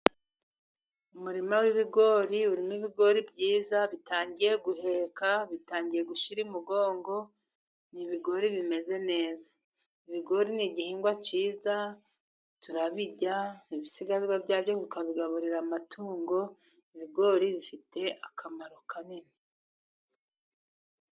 Umurima w'ibigori, urimo ibigori byiza bitangiye guheka, bitangiye gushyira imugongo, ni ibigori bimeze neza. Ibigori ni igihingwa cyiza, turabirya ibisigazwa byabyo kabigaburira amatungo, ibigori bifite akamaro kanini.